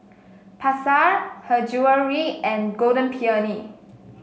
Pasar Her Jewellery and Golden Peony